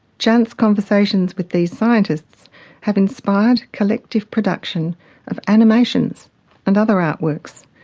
chance conversations with these scientists have inspired collective production of animations and other art works,